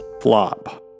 flop